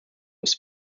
was